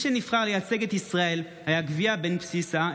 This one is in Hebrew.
מי שנבחר לייצג את ישראל היה גביהא בן פסיסא,